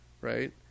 right